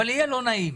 אבל יהיה לא נעים.